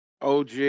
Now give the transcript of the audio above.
og